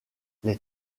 les